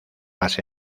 las